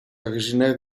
originaire